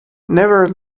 never